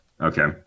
Okay